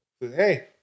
hey